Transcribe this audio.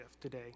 today